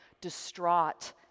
distraught